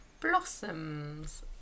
blossoms